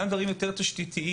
גם נושאים יותר תשתיתיים,